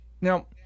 Now